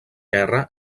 guerra